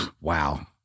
Wow